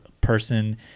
person